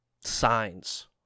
signs